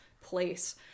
place